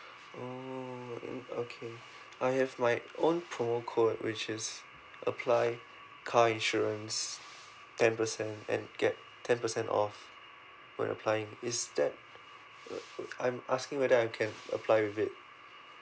oh mm okay I have my own promo code which is apply car insurance ten percent and get ten percent off for applying is that I'm asking whether I can apply with it